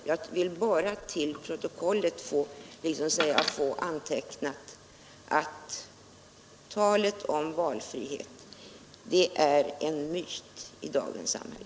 Jag vill bara till protokollet få antecknat att valfriheten är en myt i dagens samhälle.